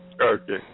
Okay